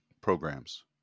programs